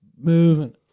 moving